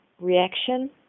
reaction